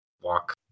walk